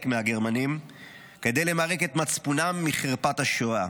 מהגרמנים כדי למרק את מצפונם מחרפת השואה.